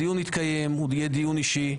הדיון יתקיים, הוא יהיה דיון אישי.